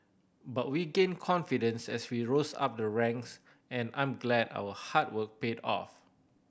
but we gained confidence as we rose up the ranks and I'm glad our hard work paid off